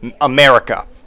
America